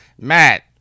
Matt